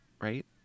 right